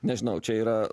nežinau čia yra